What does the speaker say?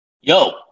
yo